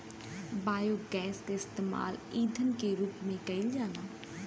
biogas के इस्तेमाल ईधन के रूप में कईल जाला